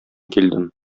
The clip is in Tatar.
килдем